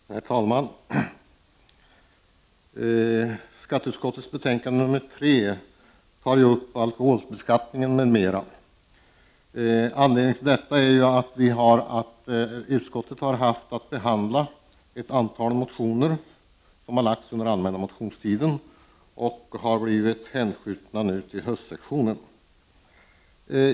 Herr talman! I skatteutskottets betänkande nr 3 tas alkoholbeskattning m.m. upp. Utskottet har haft att behandla ett antal motioner, som har väckts under allmänna motionstiden och hänskjutits till höstsessionen.